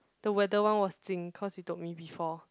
the weather one was Jing cause you told me before